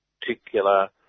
particular